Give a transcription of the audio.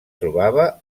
trobava